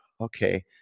Okay